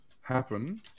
happen